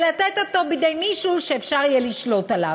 ולתת אותו בידי מישהו שאפשר יהיה לשלוט עליו.